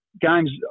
games